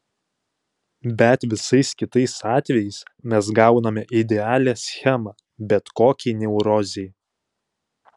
bet visais kitais atvejais mes gauname idealią schemą bet kokiai neurozei